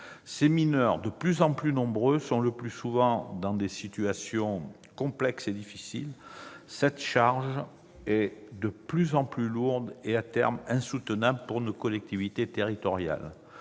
ces mineurs, de plus en plus nombreux, sont le plus souvent dans des situations complexes et difficiles. Cette charge est de plus en plus lourde pour nos collectivités territoriales.